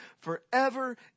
forever